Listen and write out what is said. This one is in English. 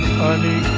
honey